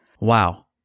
Wow